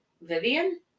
Vivian